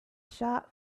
shop